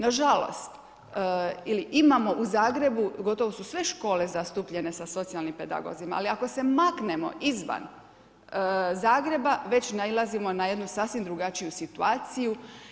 Nažalost ili imamo u Zagrebu gotovo su sve škole zastupljene sa socijalnim pedagozima, ali ako se maknemo izvan Zagreba već nailazimo na jednu sasvim drugačiju situaciju.